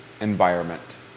environment